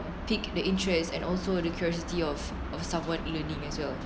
pique the interest and also the curiosity of of someone learning as well